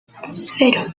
cero